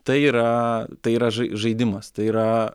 tai yra tai yra žai žaidimas tai yra